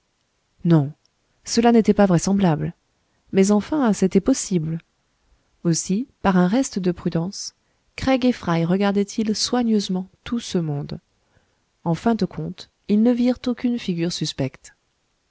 non cela n'était pas vraisemblable mais enfin c'était possible aussi par un reste de prudence craig et fry regardaient ils soigneusement tout ce monde en fin de compte ils ne virent aucune figure suspecte